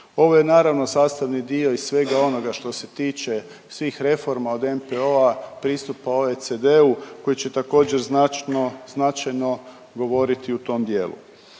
Ovo je naravno, sastavni dio i svega onoga što se tiče svih reformi, od NPOO-a, pristupa OECD-u, koji je također, .../Govornik se ne